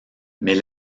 mais